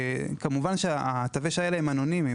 כמובן שתווי השי הם אנונימיים.